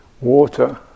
water